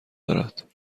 دارد